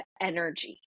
energy